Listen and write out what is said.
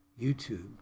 YouTube